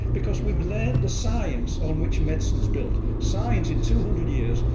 because we've learned the science on which medicine is built. science in two hundred years,